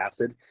acid